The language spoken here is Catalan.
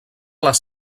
les